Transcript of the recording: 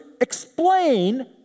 explain